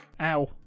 Ow